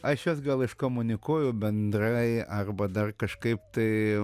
aš juos gal iškomunikuoju bendrai arba dar kažkaip tai